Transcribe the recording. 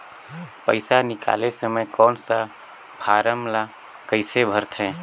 पइसा निकाले समय कौन सा फारम ला कइसे भरते?